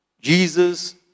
Jesus